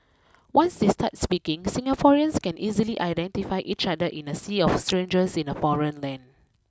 once they start speaking Singaporeans can easily identify each other in a sea of strangers in a foreign land